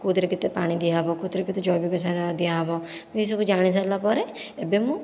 କେଉଁଥିରେ କେତେ ପାଣି ଦିଆହେବ କେଉଁଥିରେ କେତେ ଜୈବିକ ସାର ଦିଆହେବ ମୁଁ ଏସବୁ ଜାଣିସାରିଲା ପରେ ଏବେ ମୁଁ